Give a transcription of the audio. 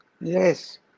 Yes